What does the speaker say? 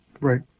Right